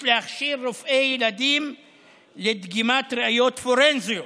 יש להכשיר רופאי ילדים לדגימת ראיות פורנזיות